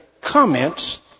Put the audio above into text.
comments